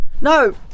No